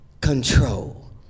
control